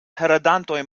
heredantoj